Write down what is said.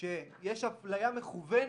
שיש אפליה מכוונת.